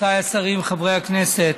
רבותיי השרים, חברי הכנסת,